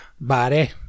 Body